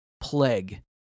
Plague